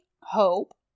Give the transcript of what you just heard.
hope